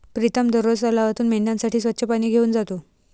प्रीतम दररोज तलावातून मेंढ्यांसाठी स्वच्छ पाणी घेऊन जातो